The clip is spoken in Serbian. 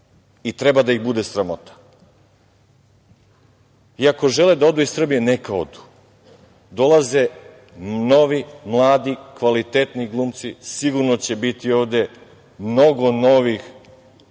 Treba da ih bude sramota. Ako žele da odu iz Srbije, neka odu. Dolaze novi, mladi, kvalitetni glumci, sigurno će biti ovde mnogo novih